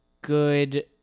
good